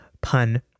pun